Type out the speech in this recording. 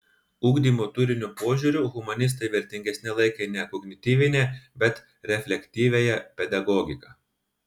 ugdymo turinio požiūriu humanistai vertingesne laikė ne kognityvinę bet reflektyviąją pedagogiką